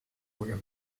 were